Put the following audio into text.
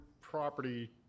property